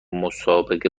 مسابقه